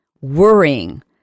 worrying